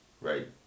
right